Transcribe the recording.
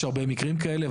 יש הרבה מקרים כאלה.